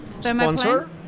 sponsor